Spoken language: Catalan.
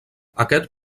aquest